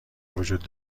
وجود